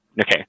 okay